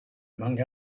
among